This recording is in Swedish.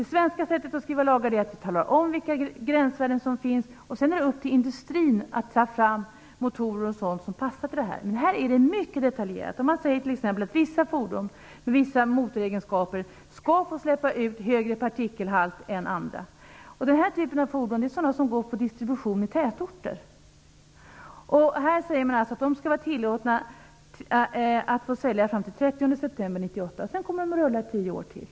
Det svenska sättet att skriva lagar är att vi talar om vilka gränsvärden som finns. Sedan är det upp till industrin att ta fram motorer och sådant som passar till detta. Men här är det mycket detaljerat. Man säger t.ex. att vissa fordon med vissa motoregenskaper skall få släppa ut högre partikelhalt än andra. Den här typen av fordon går på distribution i tätorter. Man säger här att det skall vara tillåtet att sälja dem fram till den 30 september 1998. Sedan kommer de att rulla i tio år till.